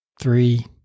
three